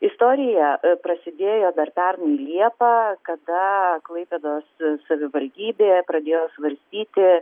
istorija prasidėjo dar pernai liepą kada klaipėdos savivaldybėje pradėjo svarstyti